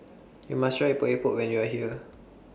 YOU must Try Epok Epok when YOU Are here